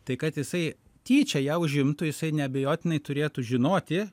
tai kad jisai tyčia ją užimtų jisai neabejotinai turėtų žinoti